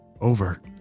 Over